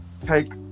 take